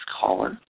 caller